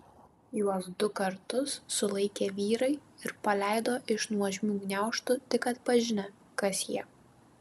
juos du kartus sulaikė vyrai ir paleido iš nuožmių gniaužtų tik atpažinę kas jie